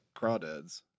crawdads